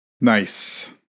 Nice